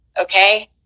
okay